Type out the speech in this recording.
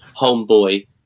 Homeboy